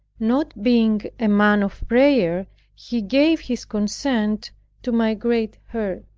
not being a man of prayer he gave his consent to my great hurt.